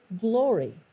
glory